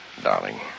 darling